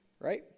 Right